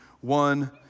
one